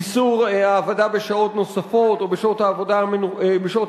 איסור העבדה בשעות נוספות או בשעות